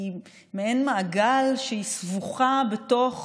היא מעין מעגל, היא סבוכה בתוך